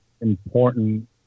important